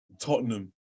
Tottenham